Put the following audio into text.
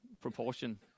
proportion